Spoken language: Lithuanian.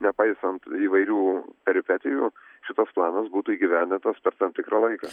nepaisant įvairių peripetijų šitoks planas būtų įgyvendintas per tam tikrą laiką